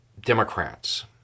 Democrats